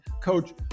coach